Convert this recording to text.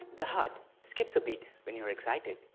the heart skips a bit when you are excited,